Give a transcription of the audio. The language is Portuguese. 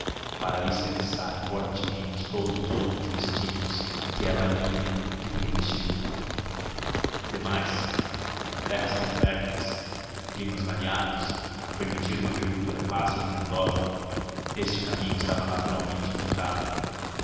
para alicerçar fortemente todos os outros destinos que ela tinha de preencher demais com terras tão férteis climas variados a permitir uma agricultura fácil e rendosa este caminho estava naturalmente indicado